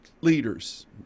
leaders